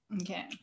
Okay